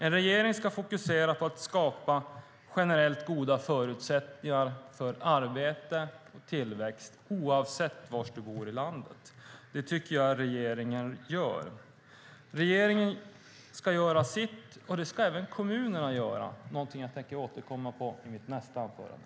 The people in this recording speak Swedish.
En regering ska fokusera på att skapa generellt goda förutsättningar för arbete och tillväxt oavsett var du bor i landet. Det tycker jag att regeringen gör. Regeringen ska göra sitt, och det ska även kommunerna göra - någonting jag tänker återkomma till i mitt nästa anförande.